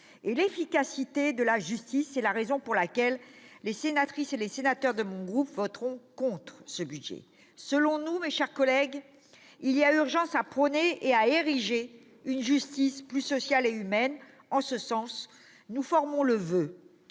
et l'efficacité de la justice ; c'est la raison pour laquelle les sénatrices et les sénateurs de mon groupe voteront contre les crédits de cette mission. Selon nous, mes chers collègues, il y a urgence à prôner et à ériger une justice plus sociale et humaine. Nous formons le voeu,